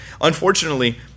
Unfortunately